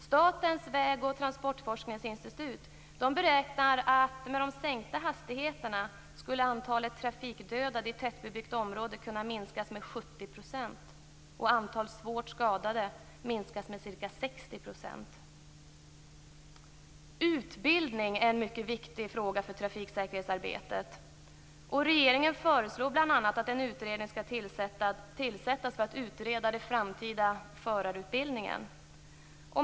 Statens väg och transportforskningsinstitut beräknar att med de sänkta hastigheterna skulle antalet trafikdödade i tätbebyggt område kunna minskas med Utbildning är en mycket viktig fråga för trafiksäkerhetsarbetet. Regeringen föreslår bl.a. att en utredning skall tillsättas för att utreda den framtida förarutbildningen.